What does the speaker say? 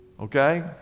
Okay